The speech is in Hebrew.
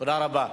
תודה רבה.